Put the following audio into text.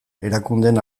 erakundeen